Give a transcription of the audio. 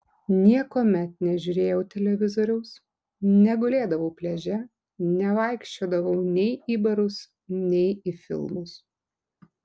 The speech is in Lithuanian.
niekuomet nežiūrėjau televizoriaus negulėdavau pliaže nevaikščiodavau nei į barus nei į filmus